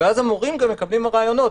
ואז המורים גם מקבלים רעיונות.